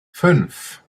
fünf